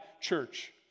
church